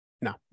No